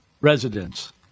residents